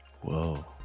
Whoa